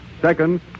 Second